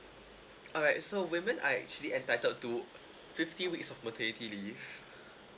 alright so women are actually entitled to fifty weeks of maternity leave